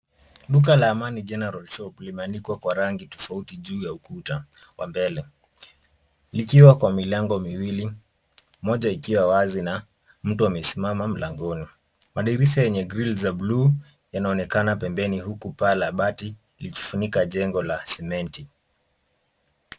Duka la Amani general shop limeandikwa kwa rangi tofauti juu ya ukuta wa mbele likiwa kwa milango miwili moja ikiwa wazi na mtu amesimama mlangoni. Madirisha yenye grili za buluu yanaonekana pembeni huku paa la bati likifunika jengo la simenti.